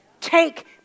Take